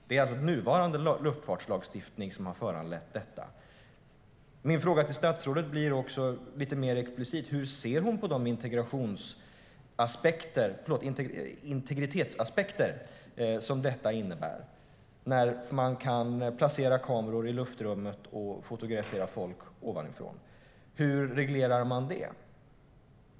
Det är alltså nuvarande luftfartslagstiftning som har föranlett detta. Min fråga till statsrådet är, lite mer explicit: Hur ser hon på de integritetsaspekter som det medför när man kan placera kameror i luftrummet och fotografera folk ovanifrån? Hur reglerar man det?